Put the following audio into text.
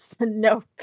no